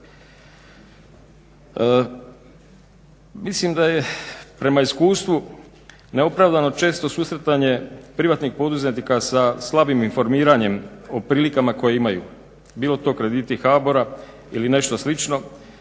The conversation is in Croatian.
Mislim da je prema iskustvu neopravdano često susretanje privatnih poduzetnika sa slabim informiranjem o prilikama koje imaju, bilo to krediti HBOR-a ili nešto slično